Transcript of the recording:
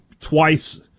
twice